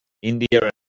india